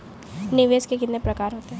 निवेश के कितने प्रकार होते हैं?